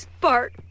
Bart